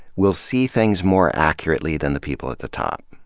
will see things more accurately than the people at the top,